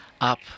up